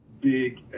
big